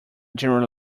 general